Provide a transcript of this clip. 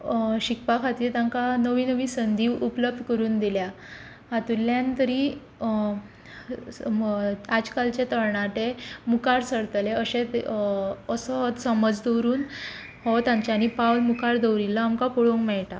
शिकपा खातीर तांकां नवी नवी संधी उपलब्ध करून दिल्या हातुंतल्यान तरी आजकालचे तरणाटे मुखार सरतले अशे असो समज दवरून हो तांच्यांनी पावल मुखार दवरिल्लो आमकां पळोवंक मेळटा